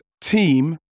team